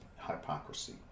hypocrisy